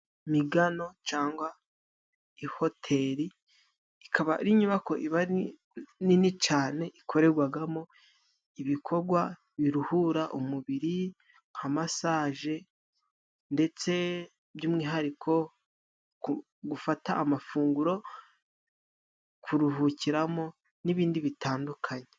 Migano cangwa ihoteri ikaba ari inyubako iba ari nini cane ikoregwagamo ibikogwa biruhura umubiri nka masaje ndetse by'umwihariko ku gufata amafunguro, kuruhukiramo n'ibindi bitandukanye.